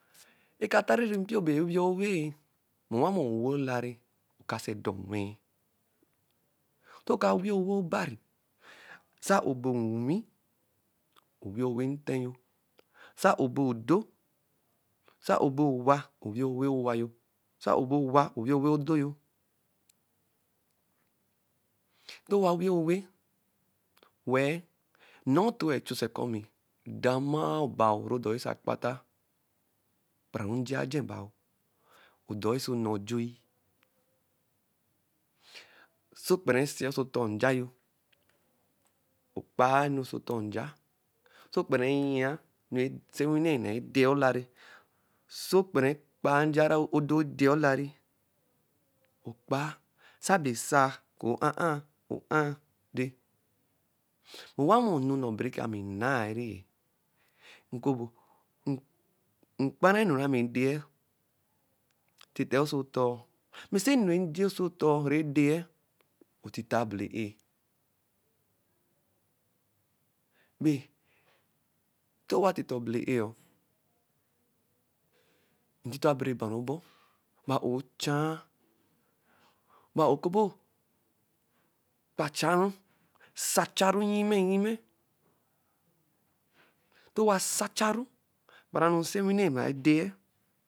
Ekatan ru mpio bɛ wii owe-e. Owamɔ owɛ-olare, ɔkase dɔ nwɛ-ɛ. Ntɔ ka wi-i owɛ obari. sɛ a-o bɛ onwi, owi-i owẹ ntɛ yo, sɛ a-o bɛ odo, sɛ a-o bɛ owa, owi-i owɛ owa yo, sɛ a-o bɛ owa, owi-i owɛ odo yyo. Ntowa wi-i owɛ wɛ-eh, nnɔɔ toɛ chusɛ kɔmɛ edamɔ obao nɔ ɔdɔi oso akpata okpararu nje-i ajɛ baa, ɔdoi oso nnɛ ojui. Sɔ ɔkpara esi-e ɔsɔ ɔtɔɔ nja-yo okpaa enu ɔsɔ ɔtɔɔ nja. Sɔ ɔkpara nyi-a enu nsewine naa ede-e olarɛ, sɔ okpara ekpa-a nja nẹ odo edɛ-ɛ olarɛ, okpa-a. Sabe esa-a o-a-a. o-a odɛ. Owamɔ, enu nnɔɔ bɛra ami nnaari. Mkpara eni na mi edɛ-ɛ titɛ ɔsɔ ɔtɔɔ. Mɛ sɛ enu nje ɔsɔ ɔtɔɔ rɛ dɛ-ɛ, ntita-a abɛlɛ-ɛh wɛ towa tita abɛlɛ-eh ɔ, ntito abɛrɛ ba ru ɔbɔr ba a-o echa-a ba-a-o ekempio kpacha ru sacharu nnyimẹ nnyimɛ. Ntɔ owa sacharu gbere enu nɛ nsewinɛ naa edɛ-ɛ